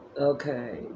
Okay